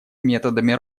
методами